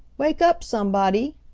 wake up, somebody!